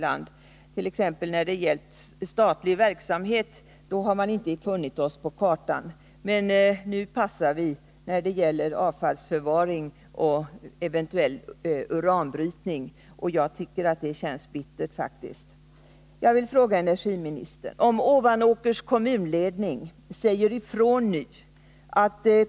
När det t.ex. varit fråga om att utlokalisera statlig verksamhet har man inte funnit Hälsingland på kartan. Men nu passar det, när det gäller avfallsförvaring och eventuell uranbrytning. Jag tycker faktiskt att det känns bittert.